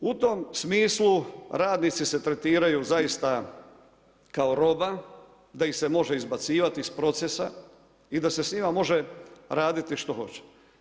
U tom smislu radnici se tretiraju zaista kao roba, da ih se može izbacivati iz procesa i da se sa njima može raditi što hoće.